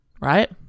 right